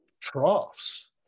troughs